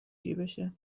جیبشه